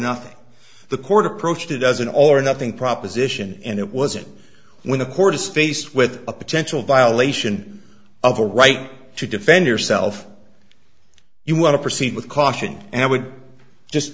nothing the court approach to doesn't all or nothing proposition and it wasn't when of course faced with a potential violation of a right to defend yourself you want to proceed with caution and i would just